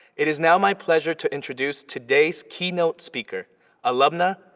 it is now my pleasure to introduce today's keynote speaker alumna,